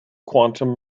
quantum